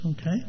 okay